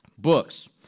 Books